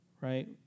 Right